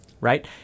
right